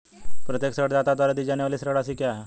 प्रत्येक ऋणदाता द्वारा दी जाने वाली ऋण राशि क्या है?